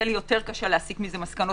יהיה לי יותר קשה להסיק מזה מסקנות,